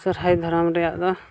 ᱥᱚᱦᱨᱟᱭ ᱫᱷᱚᱨᱚᱢ ᱨᱮᱭᱟᱜ ᱫᱚ